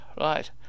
Right